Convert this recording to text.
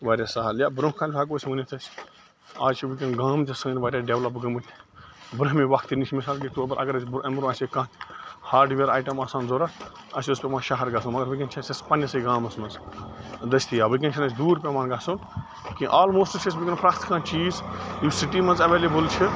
واریاہ سہل یا برٛونٛہہ کالہِ ہیٚکو أسۍ ؤنِتھ أسۍ آز چھِ وُنٛکیٚن گام تہِ سٲنۍ واریاہ ڈیٚولَپ گٔمٕتۍ برٛونٛہمہِ وقتہٕ نِش مثال کے طور پر اگر اسہِ اَمہِ برٛونٛہہ آسہِ ہا کانٛہہ ہارڈوِیر آیٹم آسہٕ ہان ضروٗرت اسہِ اوس پیٛوان شہر گژھُن مگر وُنٛکیٚن چھُ اسہِ یہِ پننسٕے گامَس منٛز دٔستیاب وُنٛکیٚن چھُنہٕ اسہِ دوٗر پیٚوان گژھُن کیٚنٛہہ آلموسٹ چھِ اسہِ وُنٛکیٚن پرٛیٚتھ کانٛہہ چیٖز یُس سٹی منٛز ایٚویلیبٕل چھُ